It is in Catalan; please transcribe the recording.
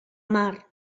mar